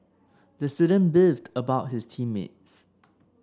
the student beefed about his team mates